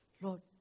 Lord